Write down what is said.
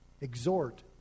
exhort